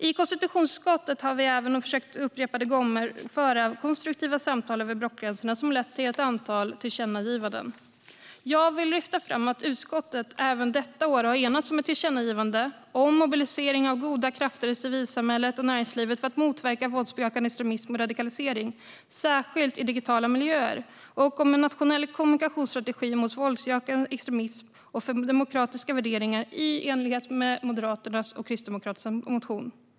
I konstitutionsutskottet har vi upprepade gånger försökt föra konstruktiva samtal över blockgränserna, som har lett till ett antal tillkännagivanden. Jag vill lyfta fram att utskottet även detta år har enats om ett tillkännagivande, om mobilisering av goda krafter i civilsamhället och näringslivet för att motverka våldsbejakande extremism och radikalisering, särskilt i digitala miljöer, och om en nationell kommunikationsstrategi mot våldsbejakande extremism och för demokratiska värderingar i enlighet med Moderaternas och Kristdemokraternas motion.